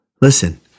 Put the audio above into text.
Listen